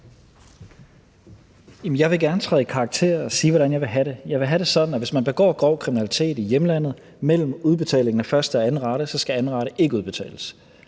Jeg vil gerne træde i karakter og sige, hvordan jeg vil have det. Jeg vil have det sådan, at hvis man begår grov kriminalitet i hjemlandet mellem udbetalingen af første og anden rate, skal anden rate ikke udbetales